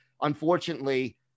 unfortunately